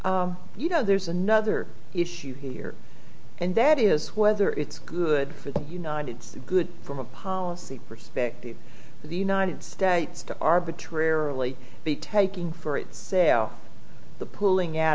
you know there's another issue here and that is whether it's good for the united states good from a policy perspective for the united states to arbitrarily be taking for its sale the pulling out